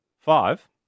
Five